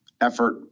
effort